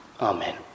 Amen